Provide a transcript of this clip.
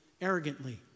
arrogantly